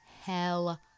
hell